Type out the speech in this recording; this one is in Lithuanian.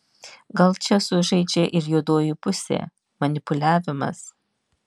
gal čia sužaidžia ir juodoji pusė manipuliavimas